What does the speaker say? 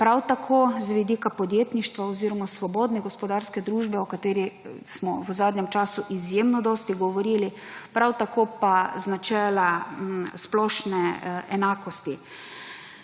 Prav tako z vidika podjetništva oziroma svobodne gospodarske družbe, o kateri smo v zadnjem času izjemno dosti govorili, prav tako pa z načela splošne enakosti.